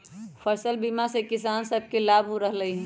फसल बीमा से किसान सभके लाभ हो रहल हइ